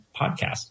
Podcast